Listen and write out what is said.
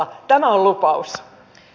tämä on lupaus